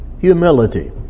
humility